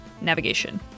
navigation